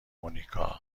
مونیکا